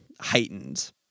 heightened